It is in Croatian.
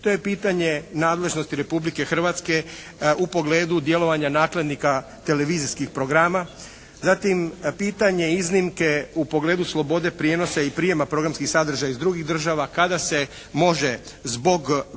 To je pitanje nadležnosti Republike Hrvatske u pogledu djelovanja nakladnika televizijskih programa, zatim pitanje iznimke u pogledu slobode prijenosa i prijema programskih sadržaja iz drugih država kada se može zbog govora